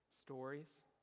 stories